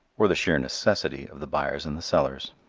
or the sheer necessity, of the buyers and the sellers.